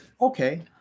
okay